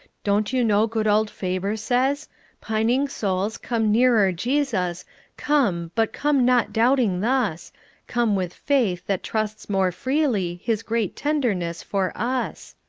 don't you know good old faber says pining souls, come nearer jesus come, but come not doubting thus come with faith that trusts more freely his great tenderness for us